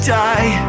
die